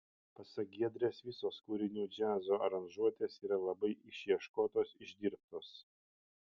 pasak giedrės visos kūrinių džiazo aranžuotės yra labai išieškotos išdirbtos